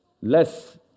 less